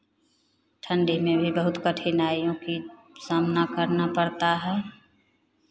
ठंडी में भी बहुत कठिनाइयों की सामना करना पड़ता है